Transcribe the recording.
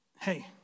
hey